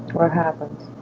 what happens?